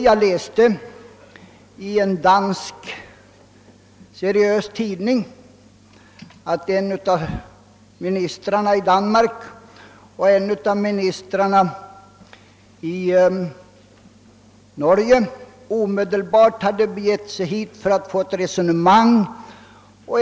Jag läste i en dansk seriös tidning att en av ministrarna i Danmark och en av ministrarna i Norge omedelbart hade begett sig hit för att få ett resonemang om läget.